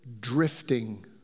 drifting